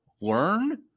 learn